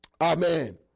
Amen